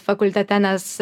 fakultete nes